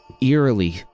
eerily